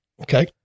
Okay